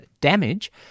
Damage